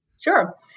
Sure